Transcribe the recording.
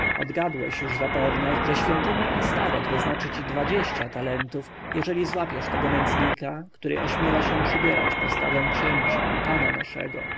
swoim odgadłeś już zapewne że świątynia astoreth wyznaczy ci dwadzieścia talentów jeżeli złapiesz tego nędznika który ośmiela się przybierać postawę księcia pana naszego